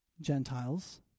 Gentiles